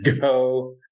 Go